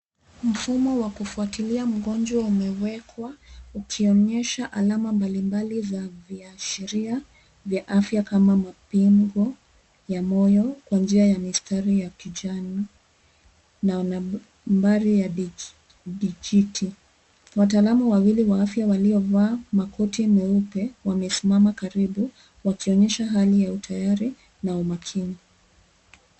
Mfumo wa kufuatilia mgonjwa umewekwa, ukionyesha alama mbali mbali za viashiria vya afya, kama mapigo ya moyo kwa njia ya mistari ya kijani, na nambari ya dijiti. Wataalamu wawili wa afya waliovaa makoti meupe wamesimama karibu, wakionyesha hali ya utayari na umakini.